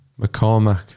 McCormack